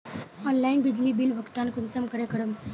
Online बिजली bill भुगतान कुंसम करे करूम?